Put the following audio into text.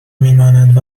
میمانند